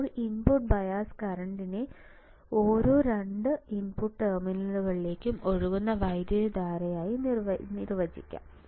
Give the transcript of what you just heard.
ഇപ്പോൾ input bias കറന്റിനെ ഓരോ 2 ഇൻപുട്ട് ടെർമിനലുകളിലേക്കും ഒഴുകുന്ന വൈദ്യുതധാരയായി നിർവചിക്കാം